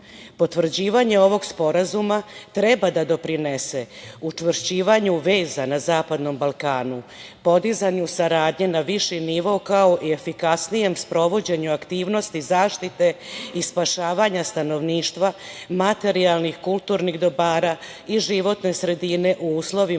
opremom. Potvrđivanje ovog sporazuma treba da doprinese učvršćivanju veza na Zapadnom Balkanu, podizanju saradnje na viši nivo kao i efikasnijem sprovođenju aktivnosti zaštite i spašavanja stanovništva materijalnih, kulturnih dobara i životne sredine u uslovima